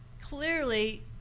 clearly